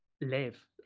live